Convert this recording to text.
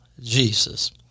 Jesus